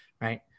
right